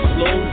Slow